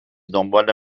دنبال